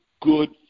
good